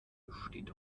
besteht